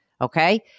okay